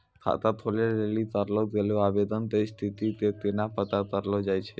खाता खोलै लेली करलो गेलो आवेदन के स्थिति के केना पता करलो जाय छै?